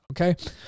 okay